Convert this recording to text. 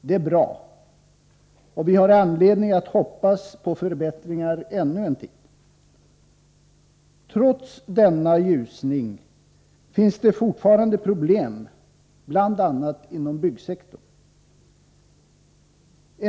Det är bra, och vi har anledning att hoppas på förbättringar ännu en tid. Trots denna ljusning finns det fortfarande problem bl.a. inom byggsektorn.